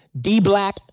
D-Black